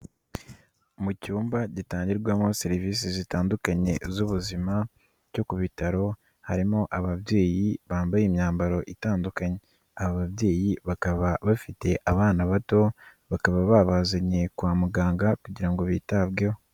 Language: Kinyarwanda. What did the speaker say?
Mu cyumba gitangirwamo serivisi zitandukanye z'ubuzima cyo ku bitaro, harimo ababyeyi bambaye imyambaro itandukanye, ababyeyi bakaba bafite abana bato, bakaba babazanye kwa muganga kugira ngo bitabweho.